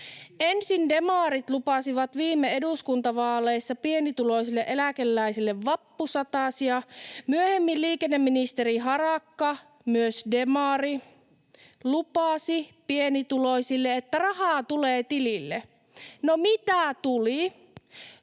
Ensin demarit lupasivat viime eduskuntavaaleissa pienituloisille eläkeläisille vappusatasia, ja myöhemmin liikenneministeri Harakka — myös demari — lupasi pienituloisille, että rahaa tulee tilille. No mitä tuli?